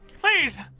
Please